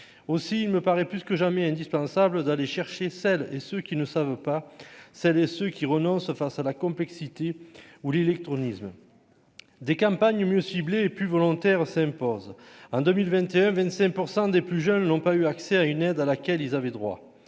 aussi il me paraît plus que jamais indispensable d'aller chercher celles et ceux qui ne savent pas celles et ceux qui renoncent face à la complexité ou l'illectronisme des campagnes mieux ciblées et plus s'impose 1 2021 25 pour 100 des plus jeunes n'ont pas eu accès à une aide à laquelle ils avaient droit